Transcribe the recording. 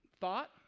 thought